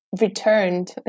returned